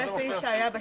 זה סעיף שהיה בצו.